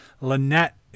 Lynette